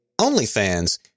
OnlyFans